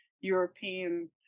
European